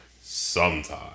sometime